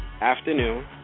afternoon